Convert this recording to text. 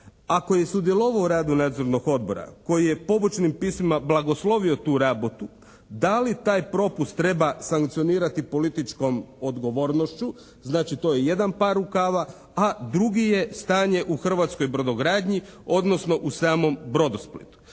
ako je sudjelovao u radu nadzornog odbora koji je pobočnim pismima blagoslovio tu rabotu da li taj propust treba sankcionirati političkom odgovornošću, znači to je jedan par rukava, a drugi je stanje u hrvatskoj brodogradnji, odnosno u samom “Brodosplitu“.